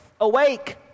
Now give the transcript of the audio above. awake